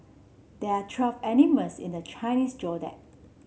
there are twelve animals in the Chinese Zodiac